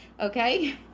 okay